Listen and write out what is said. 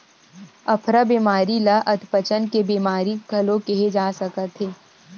अफरा बेमारी ल अधपचन के बेमारी घलो केहे जा सकत हे